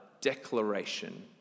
declaration